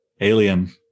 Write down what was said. alien